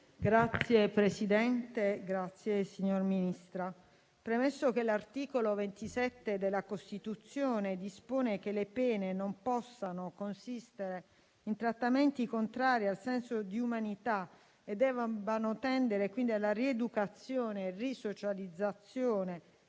Signor Presidente, signor Ministro, premesso che l'articolo 27 della Costituzione dispone che le pene non possano consistere in trattamenti contrari al senso di umanità e debbano tendere quindi alla rieducazione e risocializzazione